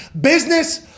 business